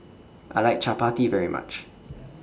I like Chapati very much